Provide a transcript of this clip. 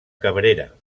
cabrera